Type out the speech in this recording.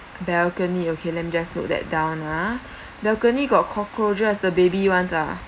balcony okay let me just note that down uh balcony got cockroaches the baby [ones] ah